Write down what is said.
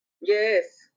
Yes